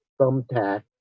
thumbtack